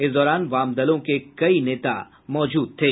इस दौरान वाम दलों के कई नेता मौजूद थे